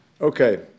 Okay